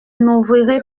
n’ouvrirai